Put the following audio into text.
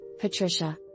Patricia